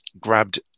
grabbed